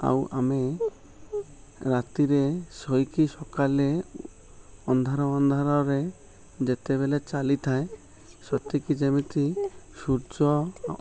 ଆଉ ଆମେ ରାତିରେ ଶୋଇକି ସକାଳେ ଅନ୍ଧାର ଅନ୍ଧାର ରେ ଯେତେବେଳେ ଚାଲି ଥାଏ ସତେକି ଯେମିତି ସୂର୍ଯ୍ୟ